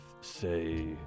say